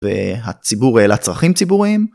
והציבור העלה צריכם ציבורים